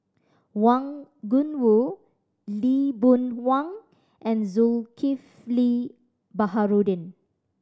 Wang Gungwu Lee Boon Wang and Zulkifli Baharudin